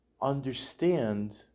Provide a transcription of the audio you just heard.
understand